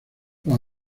los